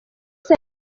ser